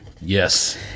Yes